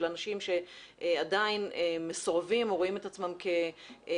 אנשים שעדיין מסורבים או רואים את עצמם כנפגעים